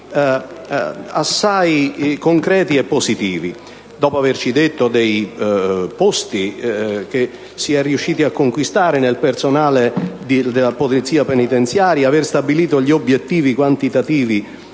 assai concreti e positivi. Ci ha parlato dei posti che si è riusciti a conquistare nel personale della polizia penitenziaria, degli obiettivi quantitativi